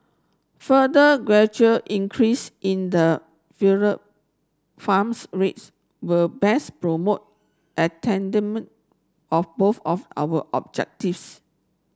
further gradual increase in the farms rates will best promote of both of our objectives